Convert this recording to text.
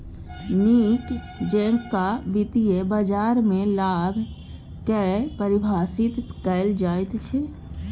नीक जेकां वित्तीय बाजारमे लाभ कऽ परिभाषित कैल जाइत छै